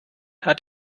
hat